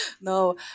No